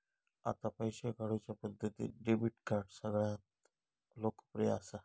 आता पैशे काढुच्या पद्धतींत डेबीट कार्ड सगळ्यांत लोकप्रिय असा